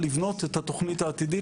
לבנות את התוכנית העתידית,